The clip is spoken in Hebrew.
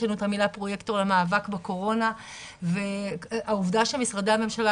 יש לנו את המילה "פרויקטור" למאבק בקורונה והעובדה שמשרדי הממשלה,